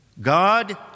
God